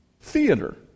Theater